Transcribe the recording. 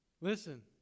Listen